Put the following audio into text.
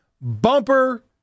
bumper